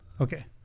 Okay